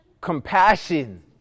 Compassion